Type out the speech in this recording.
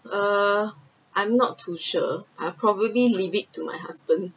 uh I’m not too sure I probably leave it to my husband